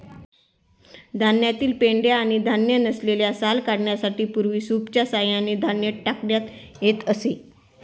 धान्यातील पेंढा आणि धान्य नसलेली साल काढण्यासाठी पूर्वी सूपच्या सहाय्याने धान्य टाकण्यात येत असे